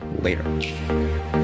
later